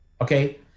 okay